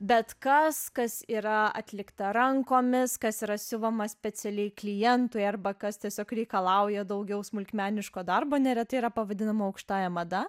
bet kas kas yra atlikta rankomis kas yra siuvama specialiai klientui arba kas tiesiog reikalauja daugiau smulkmeniško darbo neretai yra pavadinama aukštąja mada